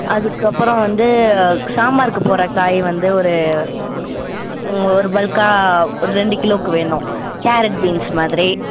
அதுக்கு அப்றம் வந்து சாம்பாருக்கு போடுற காய் வந்து ஒரு ஒரு பல்க்காக ரெண்டு கிலோவுக்கு வேணும் கேரட் பீன்ஸ் மாதிரி